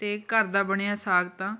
ਅਤੇ ਘਰ ਦਾ ਬਣਿਆ ਸਾਗ ਤਾਂ